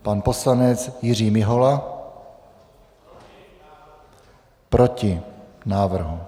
Pan poslanec Jiří Mihola: Proti návrhu.